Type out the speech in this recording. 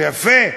זה יפה,